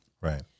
Right